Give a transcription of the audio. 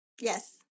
yes